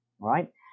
right